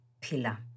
pillar